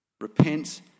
Repent